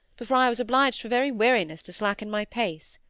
before i was obliged for very weariness to slacken my pace.